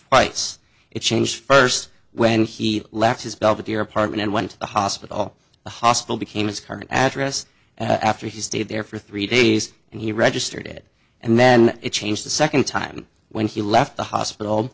rights it changed first when he left his belvedere apartment and went to the hospital the hospital became his current address after he stayed there for three days and he registered it and then it changed the second time when he left the hospital